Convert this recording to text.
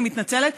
אני מתנצלת,